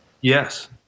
Yes